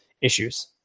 issues